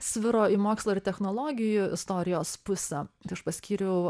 sviro į mokslo ir technologijų istorijos pusę tai aš paskyriau